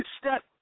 step